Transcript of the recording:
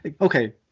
Okay